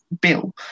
bill